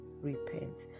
repent